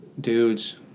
dudes